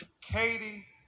Katie